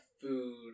food